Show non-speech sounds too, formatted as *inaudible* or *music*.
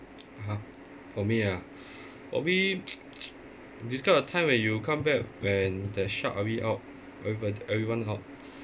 !huh! for me ah probably *noise* this kind of time when you comeback when the shark a bit out out everybo~ everyone out